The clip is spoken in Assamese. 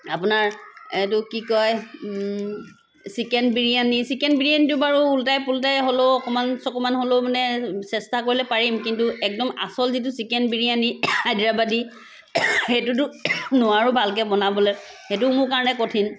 আপোনাৰ এইটো কি কয় চিকেন বিৰিয়ানী চিকেন বিৰিয়ানীটো বাৰু উল্টাই পোল্টাই হ'লেও অকণমান চকণমান হ'লেও মানে চেষ্টা কৰিলে পাৰিম কিন্তু একদম আচল যিটো চিকেন বিৰিয়ানী হাইদৰাবাদি সেইটোতো নোৱাৰো ভালকৈ বনাবলৈ সেইটো মোৰ কাৰণে কঠিন